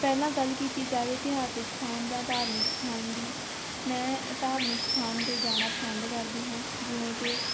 ਪਹਿਲਾਂ ਗੱਲ ਕੀਤੀ ਜਾਵੇ ਇਤਿਹਾਸਿਕ ਸਥਾਨ ਜਾਂ ਧਾਰਮਿਕ ਅਸਥਾਨ ਦੀ ਮੈਂ ਧਾਰਮਿਕ ਸਥਾਨ 'ਤੇ ਜਾਣਾ ਪਸੰਦ ਕਰਦੀ ਹਾਂ ਜਿਵੇਂ ਕਿ